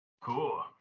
cool